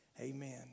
Amen